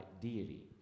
deity